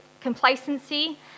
complacency